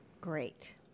Great